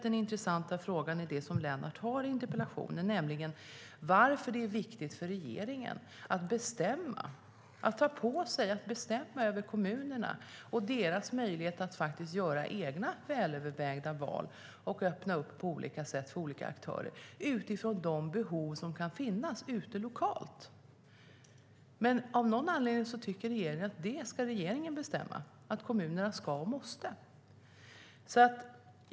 Den intressanta frågan är den som Lennart tar upp i sin interpellation, nämligen varför det är viktigt för regeringen att bestämma över kommunerna och deras möjligheter att faktiskt göra egna välövervägda val och öppna upp på olika sätt för olika aktörer utifrån de behov som kan finnas lokalt. Av någon anledning tycker regeringen att den ska bestämma vad kommunerna ska och måste göra.